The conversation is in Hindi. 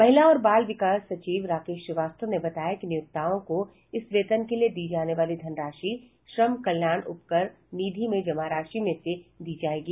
महिला और बाल विकास सचिव राकेश श्रीवास्तव ने बताया कि नियोक्ताओं को इस वेतन के लिए दी जाने वाली धनराशि श्रम कल्याण उपकर निधि में जमा राशि में से दी जायेगी